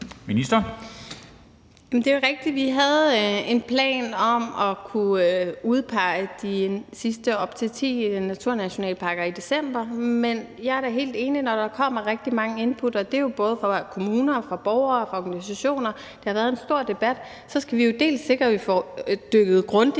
Det er rigtigt, at vi havde en plan om at kunne udpege de sidste op til ti naturnationalparker i december. Men jeg er da helt enig i, at når der kommer rigtig mange input, og det er jo både fra kommuner, fra borgere og organisationer – der har været en stor debat – så skal vi jo dels sikre, at vi får dykket grundigt